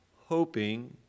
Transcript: hoping